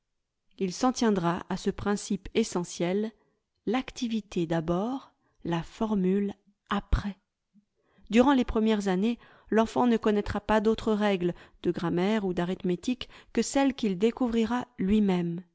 il s'en tiendra à ce principe essentiel l'activité d'abord la formule aprt s durant les premières années l'enfant ne connaîtra pas d'autres règles de grammaire ou d'arithmétique que celles qu'il découvrira lui-même